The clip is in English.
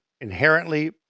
inherently